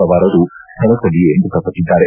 ಸವಾರರು ಸ್ವಳದಲ್ಲಿಯೇ ಮೃತಪಟ್ಟಿದ್ದಾರೆ